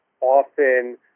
often